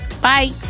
Bye